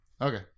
Okay